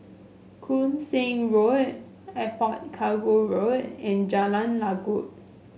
Koon Seng Road Airport Cargo Road and Jalan Lanjut